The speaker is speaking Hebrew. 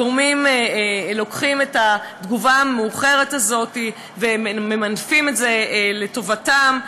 הגורמים לוקחים את התגובה המאוחרת הזאת והם ממנפים את זה לטובתם.